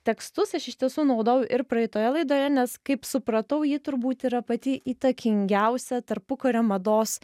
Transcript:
tekstus aš iš tiesų naudojau ir praeitoje laidoje nes kaip supratau ji turbūt yra pati įtakingiausia tarpukario mados